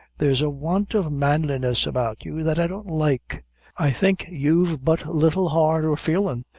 there's a want of manliness about you that i don't like i think you've but little heart or feelin'.